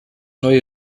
neue